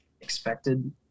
expected